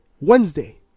Wednesday